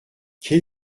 quel